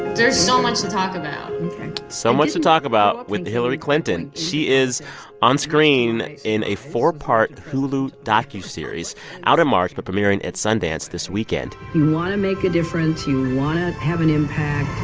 there's so much to talk about so much to talk about with hillary clinton she is onscreen in a four-part hulu docuseries out in march but premiering at sundance this weekend you want to make a difference. you want to have an impact.